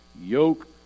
yoke